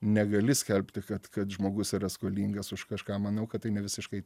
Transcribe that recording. negali skelbti kad kad žmogus yra skolingas už kažką manau kad tai ne visiškai